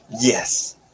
Yes